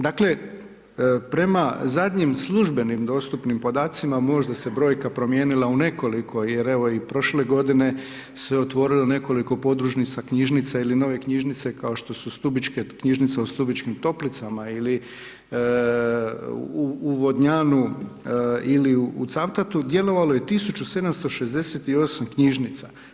Dakle, prema zadnjim službenim dostupnim podacima, možda se je brojka promijenila u nekoliko, jer evo i prošle godine, se otvorilo nekoliko podružnica, knjižnica ili nove knjižnice kao što su stubičke knjižnice u Stubičkim toplicama ili u Vodnjanu il u Cavtatu, djelovalo je 1768 knjižnica.